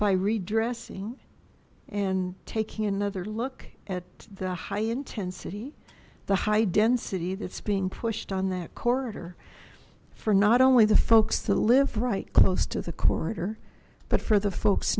by redressing and taking another look at the high intensity the high density that's being pushed on that corridor for not only the folks that live right close to the corridor but for the folks